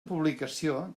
publicació